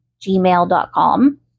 gmail.com